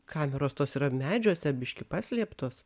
kameros tos yra medžiuose biškį paslėptos